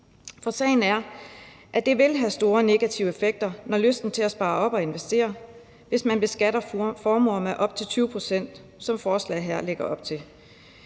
For sagen er, at det vil have store negative effekter, på lysten til at spare op og investere, hvis man beskatter formuer med op til 20 pct., som forslaget her lægger op til.